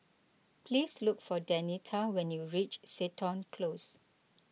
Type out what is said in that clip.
please look for Denita when you reach Seton Close